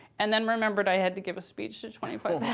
and then remembered i had to give a speech to twenty five